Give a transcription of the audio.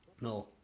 no